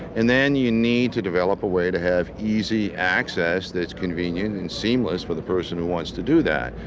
and then you need to develop a way to have easy access that's convenient and seamless for the person who wants to do that,